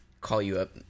call-you-up